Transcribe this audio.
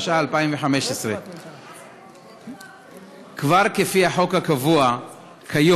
התשע"ה 2015. כבר לפי החוק הקבוע כיום,